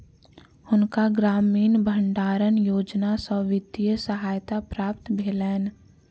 हुनका ग्रामीण भण्डारण योजना सॅ वित्तीय सहायता प्राप्त भेलैन